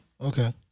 Okay